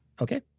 Okay